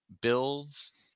builds